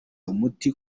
umuti